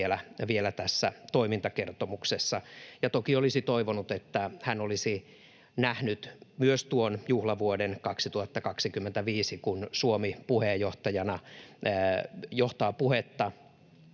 vielä tässä toimintakertomuksessa. Ja toki olisi toivonut, että hän olisi nähnyt myös tuon juhlavuoden 2025, kun Suomi puheenjohtajana johtaa puhetta